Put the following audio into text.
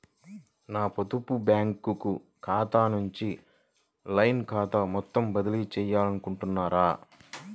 నా పొదుపు బ్యాంకు ఖాతా నుంచి లైన్ ఖాతాకు మొత్తం బదిలీ చేయాలనుకుంటున్నారా?